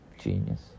Genius